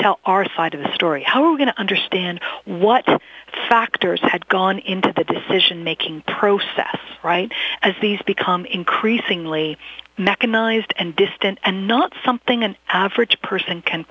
tell our side of the story how are we going to understand what factors had gone into the decision making process right as these become increasingly mechanized and distant and not something an average person can